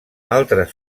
altres